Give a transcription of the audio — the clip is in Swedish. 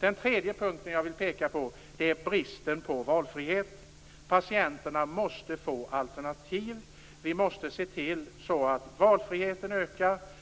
Den tredje punkten jag vill peka på är bristen på valfrihet. Patienterna måste få alternativ. Vi måste se till att valfriheten ökar.